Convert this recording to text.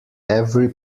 every